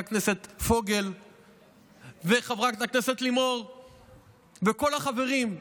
הכנסת פוגל וחברת הכנסת לימור וכל החברים,